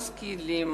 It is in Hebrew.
משכילים,